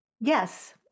Yes